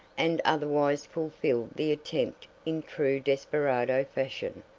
and otherwise fulfilled the attempt in true desperado fashion,